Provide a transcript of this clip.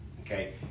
okay